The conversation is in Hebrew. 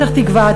פתח-תקווה,